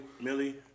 Millie